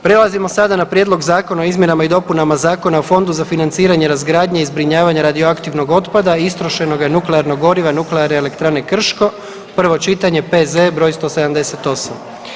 Prelazimo sada na: - Prijedlog zakona o izmjenama i dopunama Zakona o fondu za financiranje razgradnje i zbrinjavanja radioaktivnog otpada i istrošenoga nuklearnog goriva Nuklearne elektrane Krško, prvo čitanje, P.Z. br. 178.